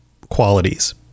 qualities